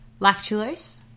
lactulose